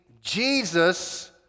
Jesus